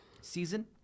season